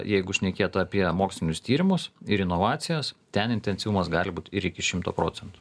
jeigu šnekėt apie mokslinius tyrimus ir inovacijas ten intensyvumas gali būt ir iki šimto procentų